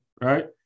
right